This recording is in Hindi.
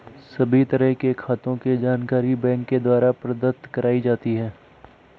सभी तरह के खातों के जानकारी बैंक के द्वारा प्रदत्त कराई जाती है